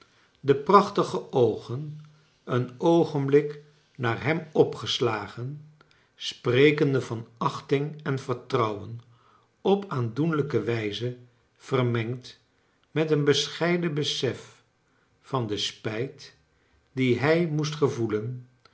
de prachtige oogen een oogenblik naar hem opgeslagen sprekende van achting en vertrouwen op aandoenlijke wijze vermengd met een besclieiden besef van den spijt dien hij moest gevoelen